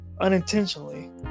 unintentionally